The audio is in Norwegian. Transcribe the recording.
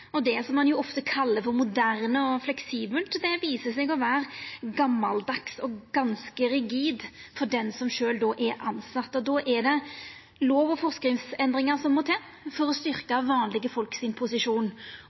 Det ein ofte kallar moderne og fleksibelt, viser seg å vera gammaldags og ganske rigid for den som er tilsett. Då er det lov- og forskriftsendringar som må til for å styrkja vanlege folk sin posisjon.